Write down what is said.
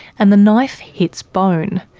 and the knife hits bone.